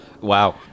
Wow